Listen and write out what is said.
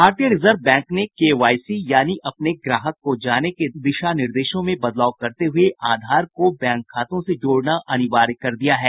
भारतीय reserve bank ने K Y C यानि अपने ग्राहक को जानें के दिशा निर्देशों में बदलाव करते हुये आधार को बैंक खातों से जोड़ना अनिवार्य कर दिया है